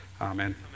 amen